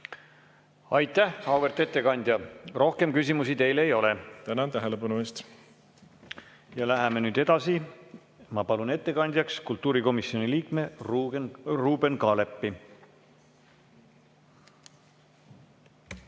Aitäh, auväärt ettekandja! Rohkem küsimusi teile ei ole. Tänan tähelepanu eest! Läheme nüüd edasi. Ma palun ettekandjaks kultuurikomisjoni liikme Ruuben Kaalepi.